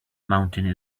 mountain